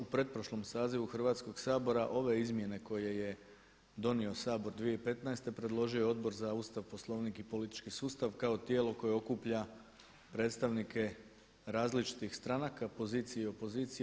U pretprošlom sazivu Hrvatskog sabora ove izmjene koje je donio Sabor 2015. predložio je Odbor za Ustav, Poslovnik i politički sustav kao tijelo koje okuplja predstavnike različitih stranaka pozicije i opozicije.